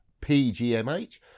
pgmh